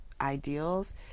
ideals